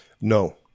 No